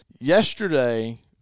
yesterday